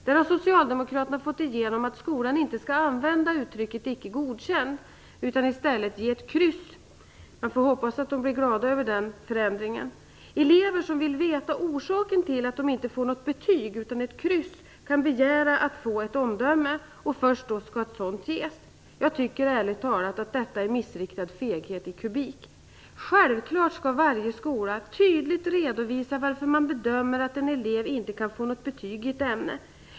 Där har socialdemokraterna fått igenom att skolan inte skall använda uttrycket icke godkänd utan i stället ge ett kryss. Jag hoppas att de blir glada över den förändringen. Elever som vill veta orsaken till att de inte får något betyg utan ett kryss kan begära att få ett omdöme. Först då skall ett sådant avges. Jag tycker ärligt talat att detta är missriktad feghet i kubik. Självklart skall varje skola tydligt redovisa varför man bedömer att en elev inte kan få ett betyg i något ämne.